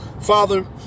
father